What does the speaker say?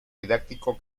didáctico